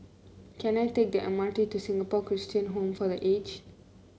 can I take the M R T to Singapore Christian Home for The Aged